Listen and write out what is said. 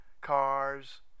cars